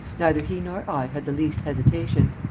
neither he nor i had the least hesitation.